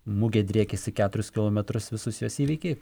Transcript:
mugė driekiasi keturis kilometrus visus juos įveikė